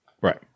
Right